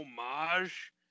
homage